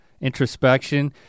introspection